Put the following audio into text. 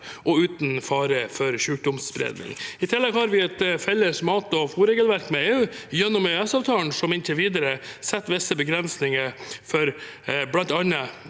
og uten fare for spredning av sykdom. I tillegg har vi et felles mat- og fôrregelverk med EU gjennom EØS-avtalen, som inntil videre setter visse begrensninger for bl.a.